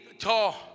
tall